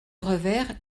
revers